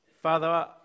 Father